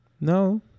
No